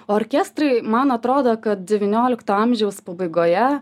orkestrui man atrodo kad devyniolikto amžiaus pabaigoje